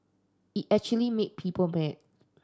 it actually made people mad